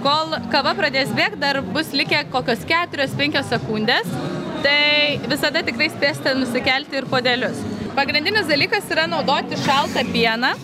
kol kava pradės bėgt dar bus likę kokios keturios penkios sekundės tai visada tikrai spėsite nusikelti ir puodelius pagrindinis dalykas yra naudoti šaltą pieną